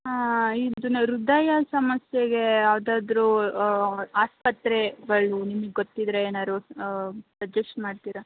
ಹಾಂ ಇದು ಹೃದಯ ಸಮಸ್ಯೆಗೆ ಯಾವುದಾದ್ರೂ ಆಸ್ಪತ್ರೆಗಳು ನಿಮಗ್ ಗೊತ್ತಿದ್ದರೆ ಏನಾದ್ರು ಸಜೆಸ್ಟ್ ಮಾಡ್ತೀರಾ